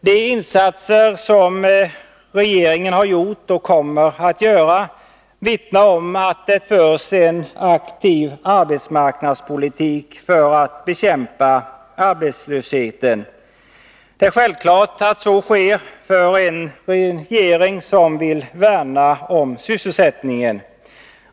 De insatser som regeringen har gjort och kommer att göra vittnar om att det förs en aktiv arbetsmarknadspolitik för att bekämpa arbetslösheten. Det är självklart för en regering som vill värna om sysselsättningen.